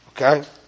Okay